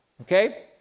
Okay